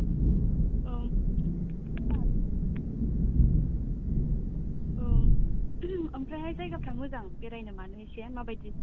औ औ आमफ्रायहाय जायगाफ्रा मोजां बेरायनो मानो एसे मा बायदि